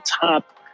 top